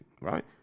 right